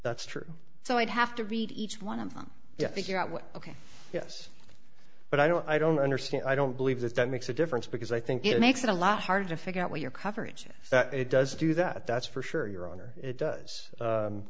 that's true so i'd have to read each one of them yet figure out what ok yes but i don't i don't understand i don't believe that that makes a difference because i think it makes it a lot harder to figure out what your coverage that it does do that that's for sure your honor it does